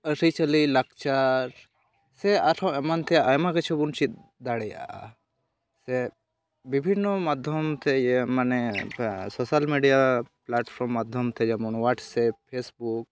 ᱟᱹᱨᱤᱪᱟᱹᱞᱤ ᱞᱟᱠᱪᱟᱨ ᱥᱮ ᱟᱨᱦᱚᱸ ᱮᱢᱟᱱ ᱛᱮᱭᱟᱜ ᱟᱭᱢᱟ ᱠᱤᱪᱷᱩᱵᱚᱱ ᱪᱮᱫ ᱰᱟᱲᱮᱭᱟᱜᱼᱟ ᱥᱮ ᱵᱤᱵᱷᱤᱱᱱᱚ ᱢᱟᱫᱽᱫᱷᱚᱢᱛᱮᱜᱮ ᱢᱟᱱᱮ ᱚᱱᱠᱟ ᱥᱳᱥᱟᱞ ᱢᱤᱰᱤᱭᱟ ᱯᱞᱟᱴᱯᱷᱨᱚᱢ ᱢᱟᱫᱽᱫᱷᱚᱢᱛᱮ ᱡᱮᱢᱚᱱ ᱚᱣᱟᱴᱥᱮᱯ ᱯᱷᱮᱥᱵᱩᱠ